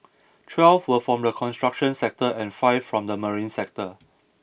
twelve were from the construction sector and five from the marine sector